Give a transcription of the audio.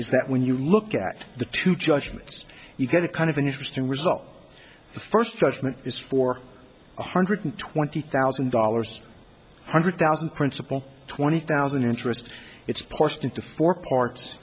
is that when you look at the two judgments you get a kind of an interesting result the first judgment is for one hundred twenty thousand dollars hundred thousand principle twenty thousand interest it's parsed into four parts